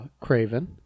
Craven